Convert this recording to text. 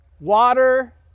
water